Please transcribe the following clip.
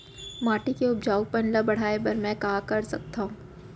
माटी के उपजाऊपन ल बढ़ाय बर मैं का कर सकथव?